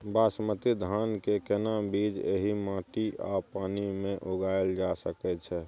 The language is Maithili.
बासमती धान के केना बीज एहि माटी आ पानी मे उगायल जा सकै छै?